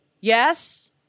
Yes